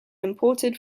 imported